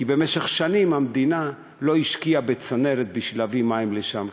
כי במשך שנים המדינה לא השקיעה בצנרת בשביל להביא מים לשם,